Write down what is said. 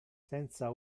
senza